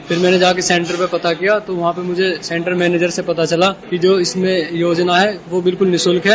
फिर मैंने जाकर सेन्टर पर पता किया तो वहां पर मुझे सेन्टर मैनेजर से पता चला कि जो इसमें योजना है वह बिल्कुल निशुल्क है